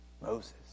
Moses